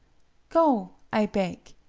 go, i beg.